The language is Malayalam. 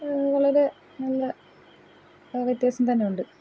വളരെ നല്ല വ്യത്യാസം തന്നെയുണ്ട്